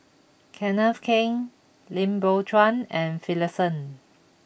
Kenneth Keng Lim Biow Chuan and Finlayson